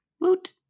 Woot